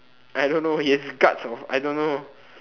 I don't know he have guts of I don't know